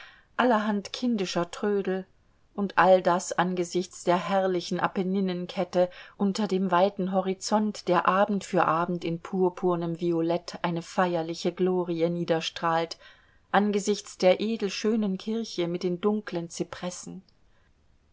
allerhand kindischer trödel und all das angesichts der herrlichen apenninenkette unter dem weiten horizont der abend für abend in purpurnem violett eine feierliche glorie niederstrahlt angesichts der edel schönen kirche mit den dunklen